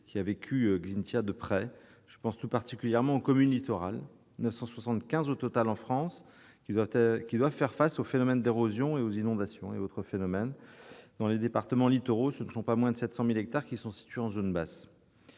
qui a vécu la tempête Xynthia, je pense tout particulièrement aux 975 communes littorales de France, qui doivent faire face aux phénomènes d'érosion et aux inondations. Dans les départements littoraux, pas moins de 700 000 hectares sont situés en zone basse.